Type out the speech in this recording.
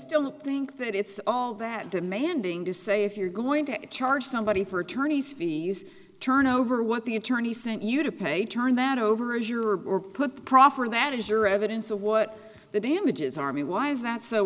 don't think that it's all that demanding to say if you're going to charge somebody for attorney's fees turn over what the attorney sent you to pay turn that over as you are put proffering that is your evidence of what the damages are me why is that so